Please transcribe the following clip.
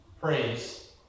praise